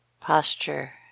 posture